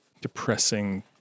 depressing